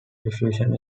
diffusion